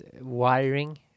wiring